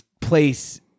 place